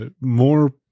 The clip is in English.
more